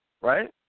right